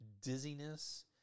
dizziness